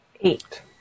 Eight